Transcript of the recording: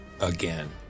Again